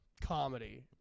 comedy